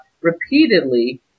repeatedly